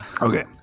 Okay